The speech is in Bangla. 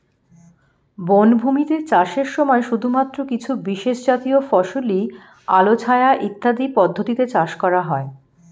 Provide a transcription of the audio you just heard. বনভূমিতে চাষের সময় শুধুমাত্র কিছু বিশেষজাতীয় ফসলই আলো ছায়া ইত্যাদি পদ্ধতিতে চাষ করা হয়